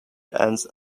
ends